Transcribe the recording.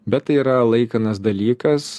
bet tai yra laikinas dalykas